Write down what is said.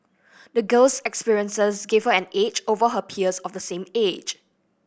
the girl's experiences gave her an edge over her peers of the same age